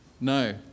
No